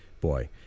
Boy